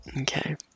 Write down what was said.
Okay